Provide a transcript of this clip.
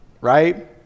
right